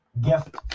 gift